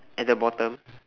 at the bottom